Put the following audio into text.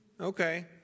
Okay